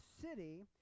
city